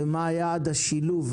מה יעד השילוב,